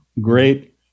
great